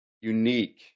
unique